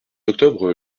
octobre